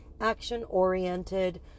action-oriented